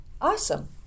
Awesome